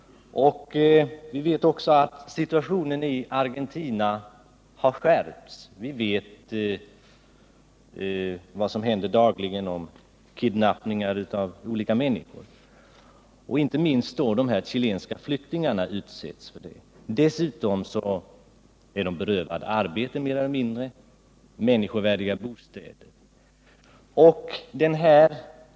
Vi vet att läget i Argentina har skärpts och att det dagligen förekommer kidnappningar. Inte minst de chilenska flyktingarna utsätts för detta. Dessutom är dessa mer eller mindre i avsaknad av arbete och människovärdiga bostäder.